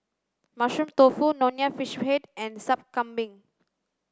mushroom tofu nonya fish head and sup kambing